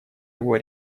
его